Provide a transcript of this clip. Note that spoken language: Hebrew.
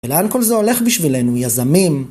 ולאן כל זה הולך בשבילנו, יזמים?